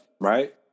right